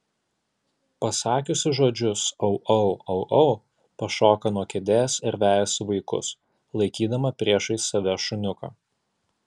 pasakiusi žodžius au au au au pašoka nuo kėdės ir vejasi vaikus laikydama priešais save šuniuką